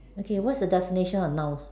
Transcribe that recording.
okay what's the definition of nouns